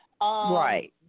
right